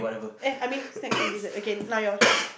eh I mean snacks and dessert okay now yours